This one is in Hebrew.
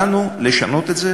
באנו לשנות את זה,